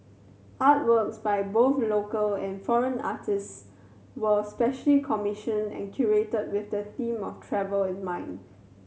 Artworks by both local and foreign artists were specially commissioned and curated with the theme of travel in mind